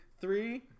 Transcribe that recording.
three